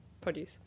produce